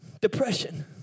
depression